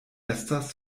estas